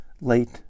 late